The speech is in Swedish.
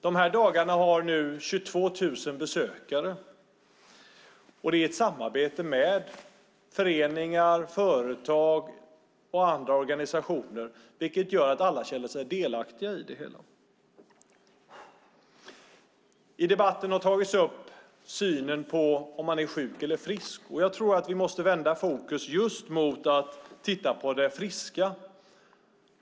De här dagarna har nu 22 000 besökare. Det är ett samarbete mellan föreningar, företag och andra organisationer. Det gör att alla känner sig delaktiga i det hela. Synen på om man är sjuk eller frisk har tagits upp i debatten. Jag tror att vi måste vända fokus till att titta på det friska.